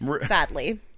sadly